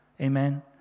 amen